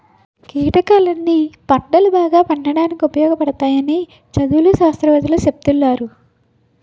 కీటకాలన్నీ పంటలు బాగా పండడానికి ఉపయోగపడతాయని చదువులు, శాస్త్రవేత్తలూ సెప్తున్నారు